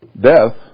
death